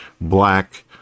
black